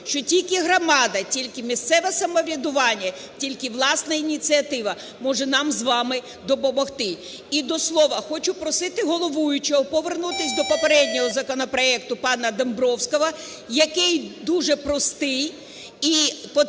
що тільки громада, тільки місцеве самоврядування, тільки власна ініціатива, може нам з вами допомогти. І до слова, хочу просити головуючого повернутися до попереднього законопроекту пана Домбровського, який дуже простий, і потребує